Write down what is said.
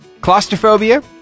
Claustrophobia